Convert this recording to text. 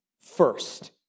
first